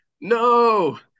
No